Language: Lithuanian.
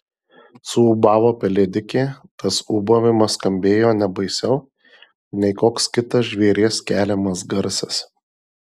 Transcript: suūbavo pelėdikė tas ūbavimas skambėjo ne baisiau nei koks kitas žvėries keliamas garsas